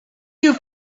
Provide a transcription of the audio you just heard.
you